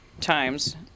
Times